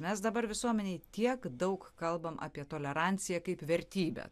mes dabar visuomenėj tiek daug kalbame apie toleranciją kaip vertybę